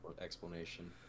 explanation